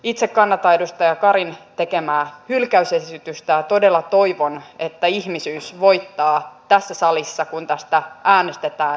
itse kannatan edustaja karin tekemää hylkäysesitystä ja todella toivon että ihmisyys voittaa tässä salissa kun tästä äänestetään